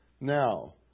Now